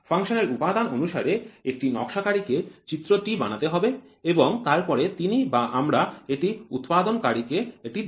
ফাংশনের উপাদান অনুসারে একটি নকশাকারী কে চিত্রটি বানাতে হবে এবং তার পরে তিনি বা আমরা এটি উৎপাদনকারী কে দেব